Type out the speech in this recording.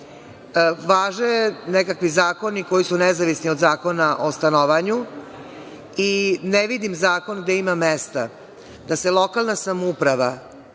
važe nekakvi zakoni koji su nezavisni od Zakona o stanovanju i ne vidim zakon gde ima mesta da se lokalna samouprava